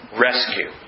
rescue